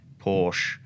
Porsche